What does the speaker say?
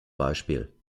beispiel